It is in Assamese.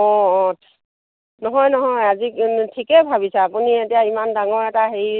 অঁ অঁ নহয় নহয় আজি ঠিকেই ভাবিছে আপুনি এতিয়া ইমান ডাঙৰ এটা হেৰি